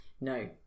No